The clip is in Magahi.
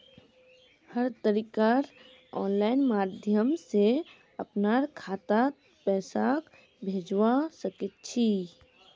हर तरीकार आनलाइन माध्यम से अपनार खातात पैसाक भेजवा सकछी